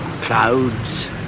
clouds